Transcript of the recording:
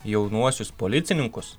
jaunuosius policininkus